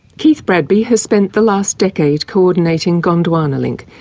keith bradby has spent the last decade coordinating gondwana link,